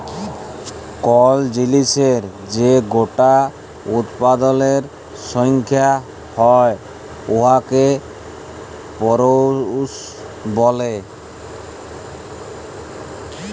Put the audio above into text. call জিলিসের যে গটা উৎপাদলের সংখ্যা হ্যয় উয়াকে পরডিউস ব্যলে